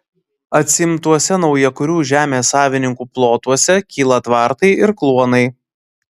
atsiimtuose naujakurių žemės savininkų plotuose kyla tvartai ir kluonai